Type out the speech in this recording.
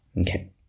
Okay